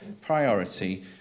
priority